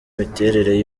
miterere